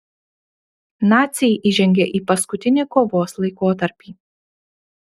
naciai įžengė į paskutinį kovos laikotarpį